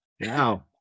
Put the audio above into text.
Wow